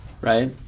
right